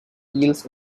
yields